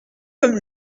comme